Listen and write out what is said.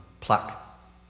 pluck